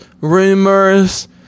rumors